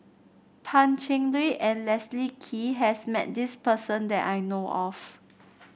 Pan Cheng Lui and Leslie Kee has met this person that I know of